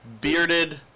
bearded